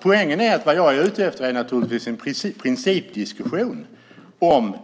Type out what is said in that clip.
Poängen är att jag är ute efter en principdiskussion om